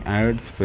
ads